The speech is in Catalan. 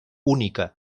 única